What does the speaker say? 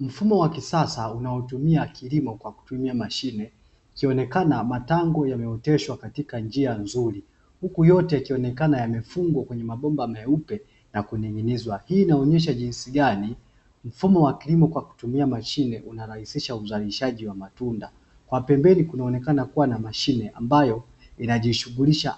Mfumo wa kisasa unaotumia kilimo kwa kutumia mashine, ikionekana matango yanaoteshwa katika njia nzuri, huku yote ikionekana yamefungwa kwenye mabomba meupe na kuning'inizwa. Hii inaonyesha jinsi gani mfumo wa kilimo kwa kutumia mashine inarahisisha uzalishaji wa matunda. Kwa pembeni kunaonekana kuwa na mashine ambayo inajishughulisha